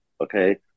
okay